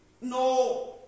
No